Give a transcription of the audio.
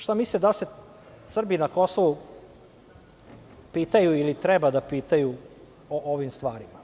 Šta mislite da li se Srbi na Kosovu pitaju ili treba da pitaju o ovim stvarima?